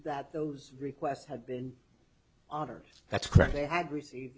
that those requests have been honors that's correct they have received